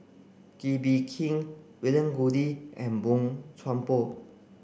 Kee Bee Khim William Goode and Boey Chuan Poh